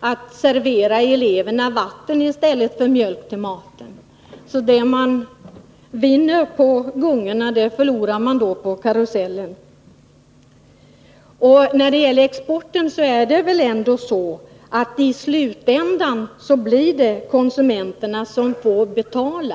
att servera eleverna vatten i stället för mjölk till maten. Så det man vinner på gungorna förlorar man på karusellen. När det gäller exporten blir det i slutändan ändå konsumenterna som får betala.